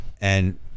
and-